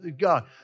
God